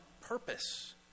purpose